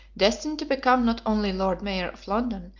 destined to become not only lord mayor of london,